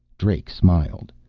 drake smiled.